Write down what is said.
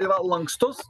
yra lankstus